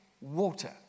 water